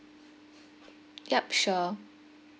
yup sure